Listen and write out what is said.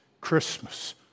Christmas